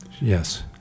Yes